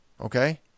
okay